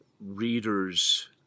readers